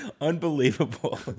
unbelievable